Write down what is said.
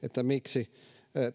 miksi